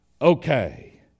okay